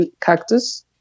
cactus